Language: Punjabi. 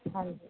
ਹਾਂਜੀ